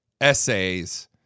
essays